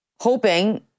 hoping